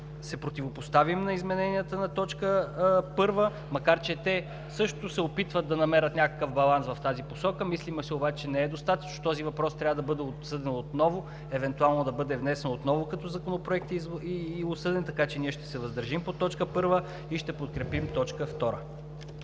се противопоставим на измененията на т. 1, макар че те също се опитват да намерят някакъв баланс в тази посока. Мислим обаче, че не е достатъчно. Този въпрос трябва да бъде обсъден отново, евентуално да бъде внесен отново като законопроект и обсъден, така че ние ще се въздържим по т. 1 и ще подкрепим т. 2.